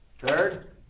Third